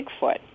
Bigfoot